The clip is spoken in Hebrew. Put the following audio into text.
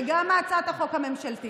וגם של הצעת החוק הממשלתית.